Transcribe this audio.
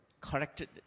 corrected